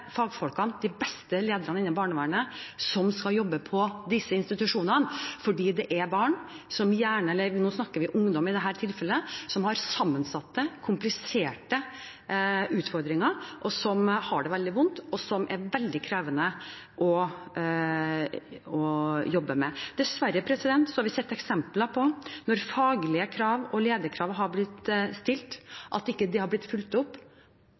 fagfolkene og de beste lederne innenfor barnevernet som skal jobbe på institusjonene, fordi det er barn – eller ungdom, som vi snakker om i dette tilfellet – som har sammensatte, kompliserte utfordringer, som har det veldig vondt, og som det er veldig krevende å jobbe med. Dessverre har vi sett eksempler på at faglige krav og lederkrav som er stilt, ikke er blitt fulgt opp,